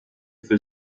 für